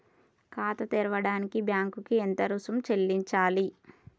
ఖాతా తెరవడానికి బ్యాంక్ కి ఎంత రుసుము చెల్లించాలి?